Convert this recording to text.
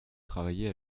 travailler